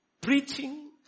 preaching